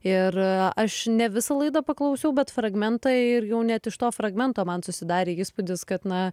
ir aš ne visą laidą paklausiau bet fragmentą ir jau net iš to fragmento man susidarė įspūdis kad na